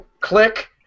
click